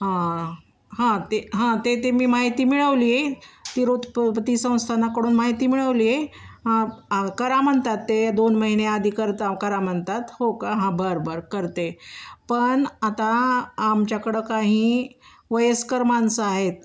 हा हा ते हा ते ते मी माहिती मिळवली तिरुपती संस्थानाकडून माहिती मिळवली आहे ह करा म्हणतात ते दोन महिने आधी करता करा म्हणतात हो का हा बरं बरं करते पण आता आमच्याकडं काही वयस्कर माणसं आहेत